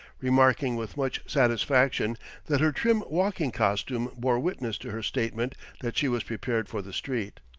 remarking with much satisfaction that her trim walking costume bore witness to her statement that she was prepared for the street.